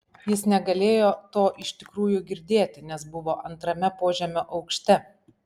jis negalėjo to iš tikrųjų girdėti nes buvo antrame požemio aukšte